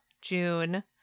June